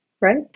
Right